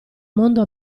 mondo